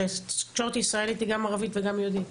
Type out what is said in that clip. התקשורת הישראלית היא גם יהודית וגם ערבית.